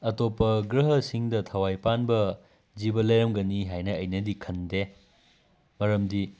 ꯑꯇꯣꯞꯄ ꯒ꯭ꯔꯍꯁꯤꯡꯗ ꯊꯋꯥꯏ ꯄꯥꯟꯕ ꯖꯤꯕ ꯂꯩꯔꯝꯒꯅꯤ ꯍꯥꯏꯅ ꯑꯩꯅꯗꯤ ꯈꯟꯗꯦ ꯃꯔꯝꯗꯤ